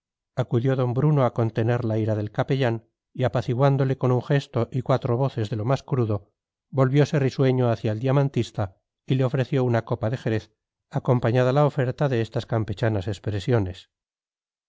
acudió d bruno a contener la ira del capellán y apaciguándole con un gesto y cuatro voces de lo más crudo volviose risueño hacia el diamantista y le ofreció una copa de jerez acompañada la oferta de estas campechanas expresiones